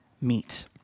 meet